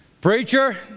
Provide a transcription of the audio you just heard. Preacher